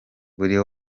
buri